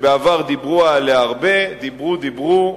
שבעבר דיברו עליה הרבה, דיברו דיברו,